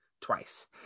twice